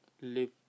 live